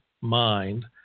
mind